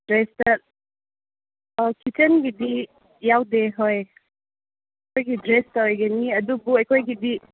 ꯗ꯭ꯔꯦꯁꯇ ꯑꯣ ꯀꯤꯆꯟꯒꯤꯗꯤ ꯌꯥꯎꯗꯦ ꯍꯣꯏ ꯑꯩꯈꯣꯏꯒꯤ ꯗ꯭ꯔꯦꯁꯇ ꯑꯣꯏꯒꯅꯤ ꯑꯗꯨꯕꯨ ꯑꯩꯈꯣꯏꯒꯤꯗꯤ